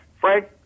Frank